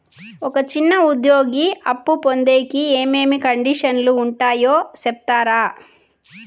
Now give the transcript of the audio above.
ఒక చిన్న ఉద్యోగి అప్పు పొందేకి ఏమేమి కండిషన్లు ఉంటాయో సెప్తారా?